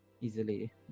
easily